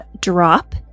drop